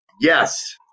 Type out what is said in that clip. Yes